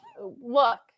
Look